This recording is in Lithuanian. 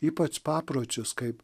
ypač papročius kaip